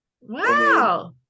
Wow